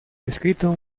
escrito